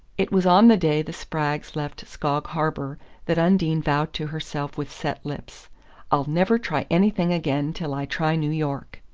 it was on the day the spraggs left skog harbour that undine vowed to herself with set lips i'll never try anything again till i try new york.